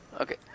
Okay